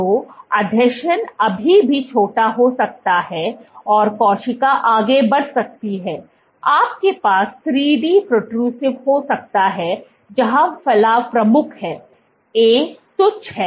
तो आसंजन अभी भी छोटा हो सकता है और कोशिका आगे बढ़ सकती है आपके पास 3 D प्रोट्ररूसिव हो सकता है जहां फलाव प्रमुख है A तुच्छ है और C भी तुच्छ है